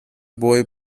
boy